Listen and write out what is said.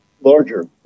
larger